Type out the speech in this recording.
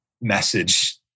message